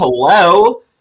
Hello